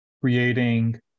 creating